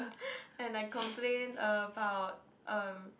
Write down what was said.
and I complain about um